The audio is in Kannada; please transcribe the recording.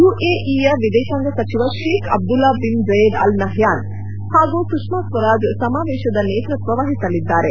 ಯುಎಇಯ ವಿದೇಶಾಂಗ ಸಚಿವ Sheikh Abdullah bin Zayed Al Nahyan ಹಾಗೂ ಸುಷ್ಮಾ ಸ್ವರಾಜ್ ಸಮಾವೇಶದ ನೇತೃತ್ವ ವಹಿಸಲಿದ್ದಾರೆ